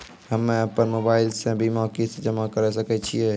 हम्मे अपन मोबाइल से बीमा किस्त जमा करें सकय छियै?